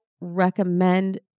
recommend